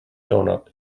doughnut